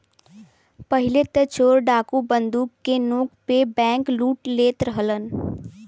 पहिले त चोर डाकू बंदूक के नोक पे बैंकलूट लेत रहलन